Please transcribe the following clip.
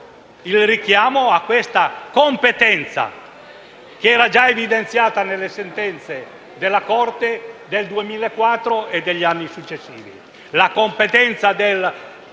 il richiamo a questa competenza, che era già evidenziata nelle sentenze della Corte del 2004 e negli anni successivi;